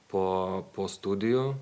po po studijų